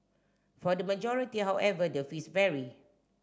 for the majority however the fees vary